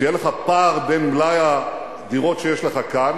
שיהיה לך פער בין מלאי הדירות שיש לך כאן